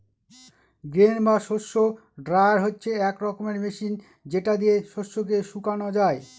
grain বা শস্য dryer হচ্ছে এক রকমের মেশিন যেটা দিয়ে শস্যকে শুকানো যায়